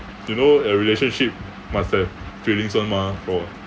you know a relationship must have feelings [one] mah for